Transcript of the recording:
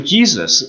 Jesus